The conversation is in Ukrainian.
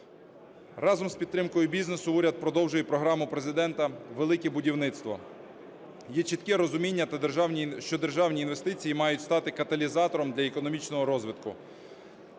Разом з підтримкою бізнесу уряд продовжує й програму Президента "Велике будівництво". Є чітке розуміння, що державні інвестиції мають стати каталізатором для економічного розвитку.